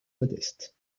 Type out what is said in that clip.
modeste